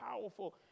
powerful